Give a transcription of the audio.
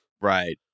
Right